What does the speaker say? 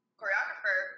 choreographer